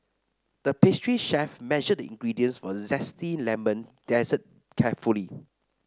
the pastry chef measured the ingredients for a zesty lemon dessert carefully